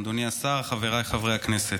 אדוני השר, חבריי חברי הכנסת,